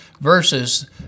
versus